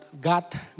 God